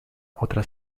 otra